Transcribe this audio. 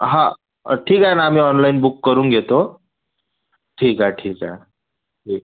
हां ठीक आहे ना आम्ही ऑनलाइन बुक करून घेतो ठीक आहे ठीक आहे ठीक